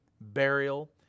burial